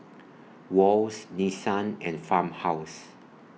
Wall's Nissan and Farmhouse